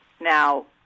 now